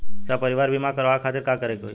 सपरिवार बीमा करवावे खातिर का करे के होई?